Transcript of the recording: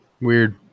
Weird